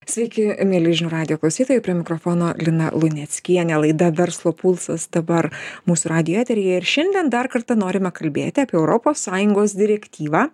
sveiki mieli žinių radijo klausytojai prie mikrofono lina luneckienė laida verslo pulsas dabar mūsų radijo eteryje ir šiandien dar kartą norime kalbėti apie europos sąjungos direktyvą